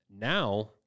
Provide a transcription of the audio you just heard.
now